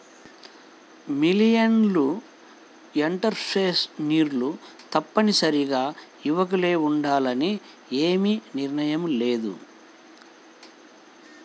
millennial ఎంటర్ప్రెన్యూర్లు తప్పనిసరిగా యువకులే ఉండాలని ఏమీ నియమం లేదు